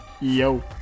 Yo